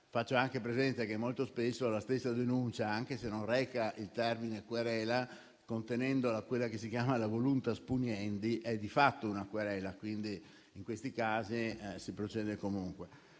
Faccio anche presente che molto spesso la stessa denuncia, anche se non reca il termine querela, contenendo quella che si chiama la *voluntas puniendi,* è di fatto una querela. In questi casi, quindi, si procede comunque.